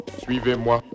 Suivez-moi